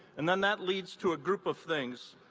and then that leads to a group of things.